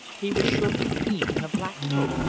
he was surely a fiend in a black coat,